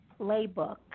Playbook